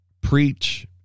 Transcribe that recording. preach